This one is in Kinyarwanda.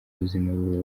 buzima